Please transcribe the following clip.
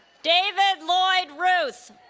david lloyd ruth